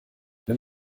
wenn